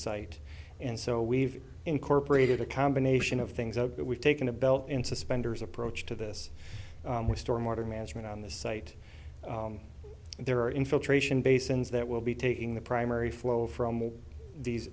site and so we've incorporated a combination of things out but we've taken a belt and suspenders approach to this with storm water management on the site and there are infiltration basins that will be taking the primary flow from these